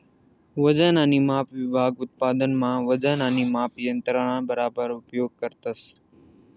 वजन आणि माप विभाग उत्पादन मा वजन आणि माप यंत्रणा बराबर उपयोग करतस